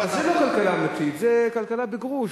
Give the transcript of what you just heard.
אז זה לא כלכלה אמיתית, זה כלכלה בגרוש.